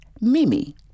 Mimi